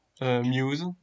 muse